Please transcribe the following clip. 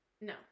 No